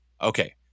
Okay